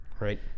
Right